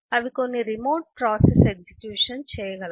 అవి కొన్ని remote process execution చేయగలవు